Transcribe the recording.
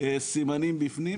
סימנים בפנים,